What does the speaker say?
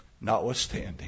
Notwithstanding